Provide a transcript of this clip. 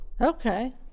Okay